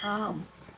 ஆம்